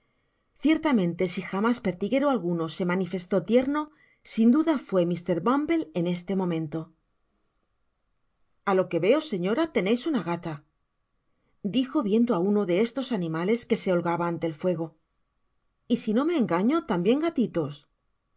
ciertamente si jamás pertiguero alguno se manifestó tierno sin duda fué mr bumble en este momento a lo que veo señora teneis una gata dijo viendo á uno de estos animales que se holgaba ante el fuego y sino me engaño tambien gatitos